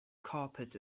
carpet